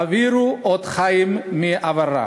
העבירו אות חיים מאברה.